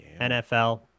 NFL